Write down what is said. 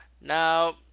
Now